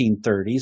1930s